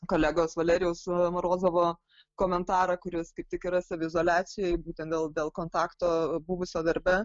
kolegos valerijaus morozovo komentarą kuris kaip tik yra saviizoliacijoj būtent dėl dėl kontakto buvusio darbe